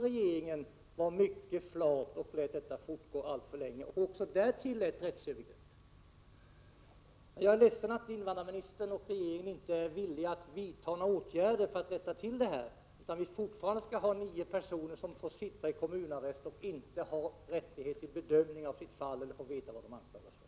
Regeringen var också här mycket flat, lät det hela fortgå alltför länge och tillät rättsövergrepp. Jag är ledsen att invandrarministern och regeringen inte är villiga att vidta några åtgärder för att rätta till situationen, utan att vi fortfarande skall ha nio personer som får sitta i kommunarrest och inte har rätt att få sitt fall bedömt och inte heller får veta vad de anklagas för.